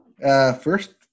First